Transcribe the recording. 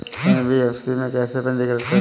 NBFC में कैसे पंजीकृत करें?